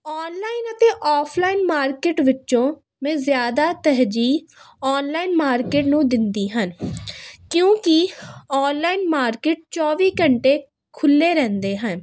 online ਅਤੇ offline market ਵਿੱਚੋਂ ਮੈਂ ਜ਼ਿਆਦਾ ਤਰਜੀਹ ਆਨਲਾਈਨ ਮਾਰਕੀਟ ਨੂੰ ਦਿੰਦੀ ਹਨ ਕਿਉਂਕਿ ਆਨਲਾਈਨ ਮਾਰਕੀਟ ਚੌਵੀ ਘੰਟੇ ਖੁੱਲ੍ਹੇ ਰਹਿੰਦੇ ਹਨ